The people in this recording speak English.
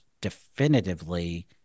definitively